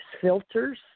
filters